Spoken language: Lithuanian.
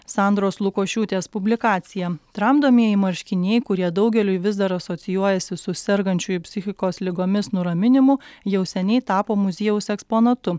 sandros lukošiūtės publikacija tramdomieji marškiniai kurie daugeliui vis dar asocijuojasi su sergančiųjų psichikos ligomis nuraminimu jau seniai tapo muziejaus eksponatu